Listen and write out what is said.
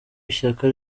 ishyaka